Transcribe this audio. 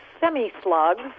semi-slugs